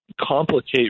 complicate